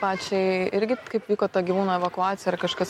pačiai irgi kaip vyko to gyvūno evakuacija ar kažkas